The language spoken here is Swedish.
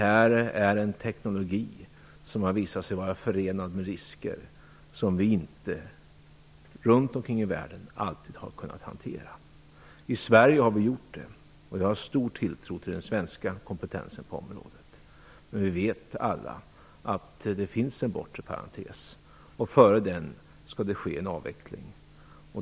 Detta är en teknik som har visat sig vara förenad med risker som man inte runt om i världen alltid har kunnat hantera. I Sverige har vi gjort det. Jag har stor tilltro till den svenska kompetensen på området. Men vi vet alla att det finns en bortre parentes. Före den skall det ske en avveckling.